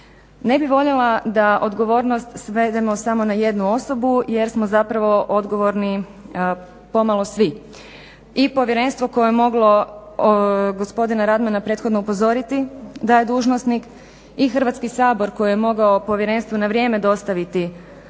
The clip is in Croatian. Ne bih voljela da odgovornost svedemo samo na jednu osobu jer smo zapravo odgovorni pomalo svi, i povjerenstvo koje je moglo gospodina Radmana prethodno upozoriti da je dužnosnik i Hrvatski sabor koji je mogao povjerenstvu na vrijeme dostaviti